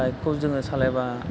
बाइकखौ जोङो सालायबा